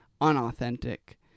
unauthentic